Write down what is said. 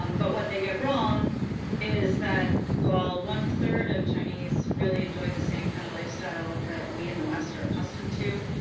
um but what they get wrong is that while one third of chinese really enjoy the same kind of lifestyle that we, in the west, are accustomed to,